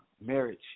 marriage